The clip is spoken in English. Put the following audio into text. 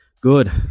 Good